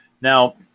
Now